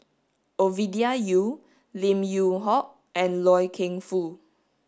Ovidia Yu Lim Yew Hock and Loy Keng Foo